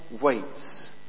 waits